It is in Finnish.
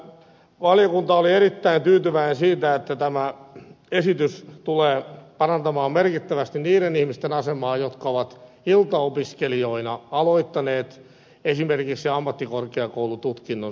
valiokunta oli erittäin tyytyväinen siitä että tämä esitys tulee parantamaan merkittävästi niiden ihmisten asemaa jotka ovat iltaopiskelijoina aloittaneet esimerkiksi ammattikorkeakoulututkinnon suorittamisen